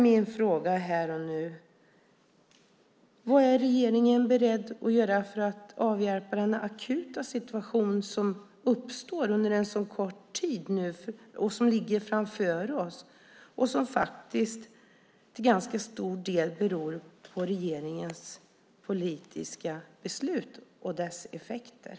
Min fråga är här och nu: Vad är regeringen beredd att göra för att avhjälpa den akuta situation som uppstår under en så kort tid, som ligger framför oss och som till ganska stor del beror på regeringens politiska beslut och dess effekter?